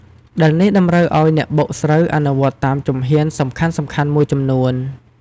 ដែលនេះតម្រូវអោយអ្នកបុកស្រូវអនុវត្តតាមជំហានសំខាន់ៗមួយចំនួន។